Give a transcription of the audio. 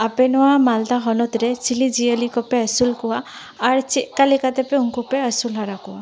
ᱟᱯᱮ ᱱᱚᱣᱟ ᱢᱟᱞᱫᱟ ᱦᱚᱱᱚᱛᱨᱮ ᱪᱤᱞᱤ ᱡᱤᱭᱟᱹᱞᱤᱠᱚ ᱯᱮ ᱟᱹᱥᱩᱞ ᱠᱚᱣᱟ ᱟᱨ ᱪᱮᱫᱠᱟ ᱞᱮᱠᱟᱛᱮᱯᱮ ᱩᱱᱠᱚᱯᱮ ᱟᱹᱥᱩᱞ ᱦᱟᱨᱟᱠᱚᱣᱟ